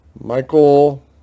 Michael